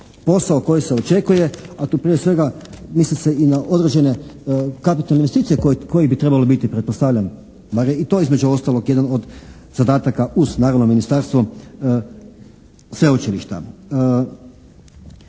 posao koji se očekuje, a tu prije svega misli se i na određene kapitalne investicije koje bi trebale biti pretpostavljam, barem i to je između ostaloga jedan od zadataka uz naravno ministarstvo sveučilišta.